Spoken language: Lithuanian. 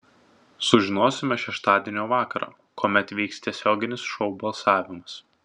sužinosime šeštadienio vakarą kuomet vyks tiesioginis šou balsavimas